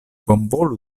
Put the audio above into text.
bonvolu